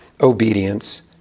obedience